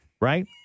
right